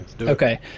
Okay